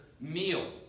meal